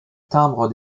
timbre